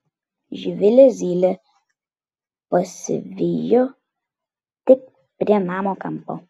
živilę zylė pasivijo tik prie namo kampo